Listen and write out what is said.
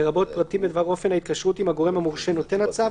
לרבות פרטים בדבר אופן ההתקשרות עם הגורם המורשה נותן הצו,